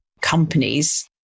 companies